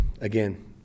again